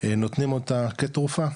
נותנים אותה כתרופה,